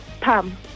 Pam